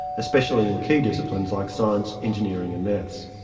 especially in key disciplines like science, engineering and maths.